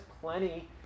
plenty